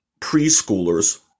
preschoolers